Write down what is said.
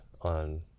on